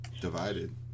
divided